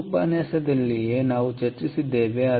ಈ ಉಪನ್ಯಾಸದಲ್ಲಿಯೇ ನಾವು ಚರ್ಚಿಸಿದ್ದೇವೆ